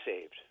saved